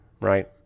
right